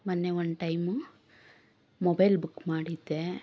ಮೊನ್ನೆ ಒಂದು time mobile book ಮಾಡಿದ್ದೆ